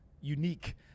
unique